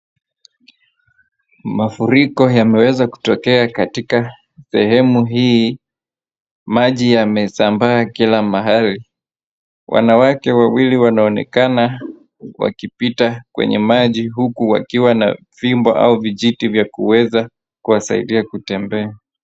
Mafuriko yameweza kutokea katika sehemu hii maji yamesambaa kila mahali wanawake wawili wanaonekana wakipita kwenye maji huku wakiwa na fimbo au vijiti vya kuwezakuwasaidia kutembea.